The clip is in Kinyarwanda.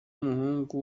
umuhungu